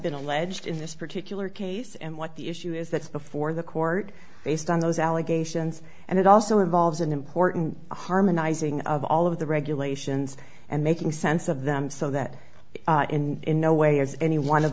been alleged in this particular case and what the issue is that is before the court based on those allegations and it also involves an important harmonizing of all of the regulations and making sense of them so that in no way is any one of